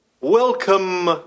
Welcome